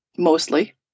mostly